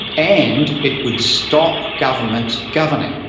and it would stop governments governing.